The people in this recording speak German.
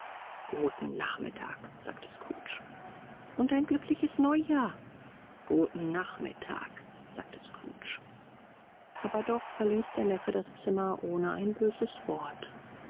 guten nachmittag sagte scrooge und ein glückliches neujahr guten nachmittag sagte scrooge aber doch verließ der neffe das zimmer ohne ein böses wort